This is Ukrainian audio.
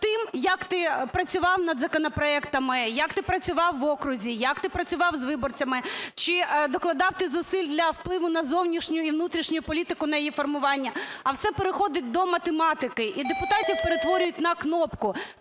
тим, як ти працював над законопроектами, як ти працював в окрузі, як ти працював з виборцями, чи докладав ти зусиль для впливу на зовнішню і внутрішню політику, на її формування, а все переходить до математики і депутатів перетворюють на "кнопку".